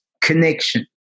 connection